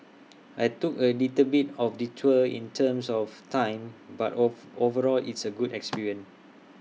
I took A little bit of detour in terms of time but of overall it's A good experience